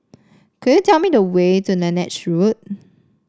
could you tell me the way to Lange Road